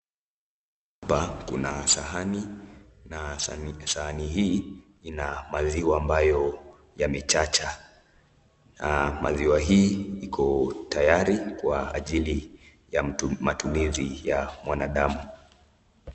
Hapa kuna sahani na sahani hii ina maziwa ambayo yamechacha. Maziwa hii iko tayari kwa ajili ya matumizi ya mwanadamu.